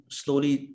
slowly